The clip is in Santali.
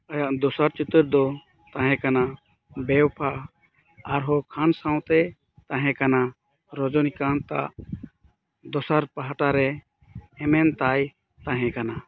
ᱟᱭᱟᱜ ᱫᱚᱥᱟᱨ ᱪᱤᱛᱟᱹᱨ ᱫᱚ ᱛᱟᱸᱦᱮ ᱠᱟᱱᱟ ᱵᱮᱣᱯᱷᱟ ᱟᱨᱦᱚᱸ ᱠᱷᱟᱱ ᱥᱟᱶᱛᱮ ᱛᱟᱸᱦᱮᱠᱟᱱᱟ ᱨᱚᱡᱚᱱᱤᱠᱟᱸᱛ ᱟᱜ ᱫᱚᱥᱟᱨ ᱯᱟᱦᱴᱟ ᱨᱮ ᱮᱱᱮᱢ ᱛᱟᱭ ᱛᱟᱸᱦᱮ ᱠᱟᱱᱟ